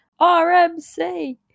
RMC